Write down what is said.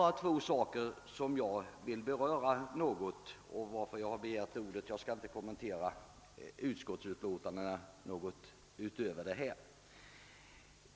Jag vill endast beröra två spörsmål något, och det är därför jag har begärt ordet. Jag skall inte kommentera utskottsutlåtandena något utöver detta.